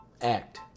act